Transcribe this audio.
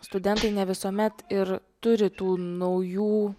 studentai ne visuomet ir turi tų naujų